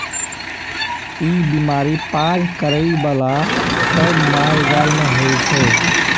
ई बीमारी पाज करइ बला सब मालजाल मे होइ छै